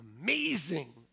amazing